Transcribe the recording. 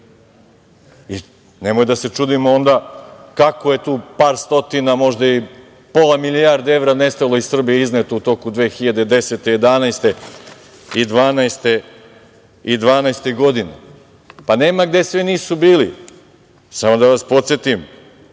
Nemoj da se čudimo onda kako je tu par stotina, možda i pola milijarde evra nestalo iz Srbije, izneto u toku 2010, 2011. i 2012. godine. Pa, nema gde sve nisu bili. Samo da vas podsetim,